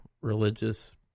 religious